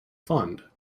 fund